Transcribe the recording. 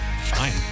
Fine